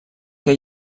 què